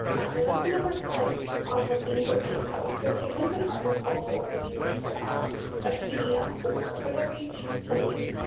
and that's the number of clicks on the link within a post. so if you link an article or you link a pdf or whatever you choose to link,